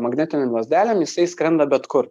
magnetinėm lazdelėm jisai skrenda bet kur